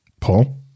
Paul